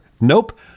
Nope